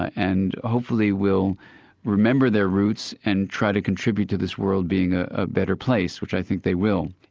and hopefully will remember their roots and try to contribute to this world being a ah better place, which i think they will.